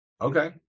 okay